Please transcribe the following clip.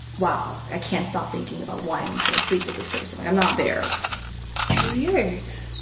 wow, i can't stop thinking about wanting to, like, sleep with this person. like, i'm not there two years